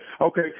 okay